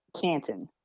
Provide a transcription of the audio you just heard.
Canton